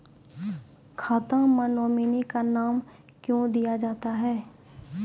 खाता मे नोमिनी का नाम क्यो दिया जाता हैं?